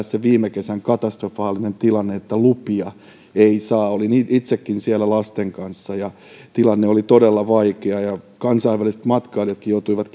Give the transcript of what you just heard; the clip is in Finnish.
se viime kesän katastrofaalinen tilanne että lupia ei saa olin itsekin siellä lasten kanssa ja tilanne oli todella vaikea ja kansainväliset matkailijatkin joutuivat